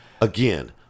Again